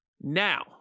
Now